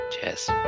cheers